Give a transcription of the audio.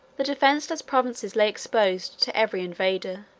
the defenceless provinces lay exposed to every invader.